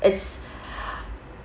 it's